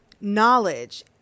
knowledge